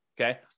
okay